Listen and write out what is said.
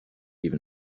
even